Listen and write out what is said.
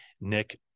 nick